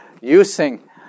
using